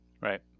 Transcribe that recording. Right